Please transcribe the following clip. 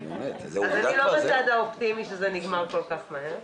אני לא בצד האופטימי שזה נגמר כל כך מהר.